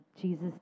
Jesus